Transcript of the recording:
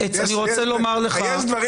יש דברים